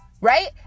right